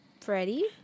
Freddie